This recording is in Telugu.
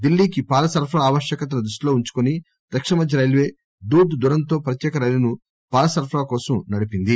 ఢిల్లీకి పాల సరఫరా ఆవశ్వకతను దృష్టిలో ఉంచుకుని దక్షిణమధ్యరైల్వే దూద్ దురంతో ప్రత్యేక రైలును పాల సరఫరాకోసం నడిపింది